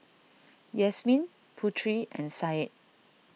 Yasmin Putri and Said